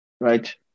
right